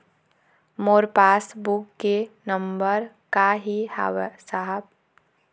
मोर passbook के नंबर का ही साहब?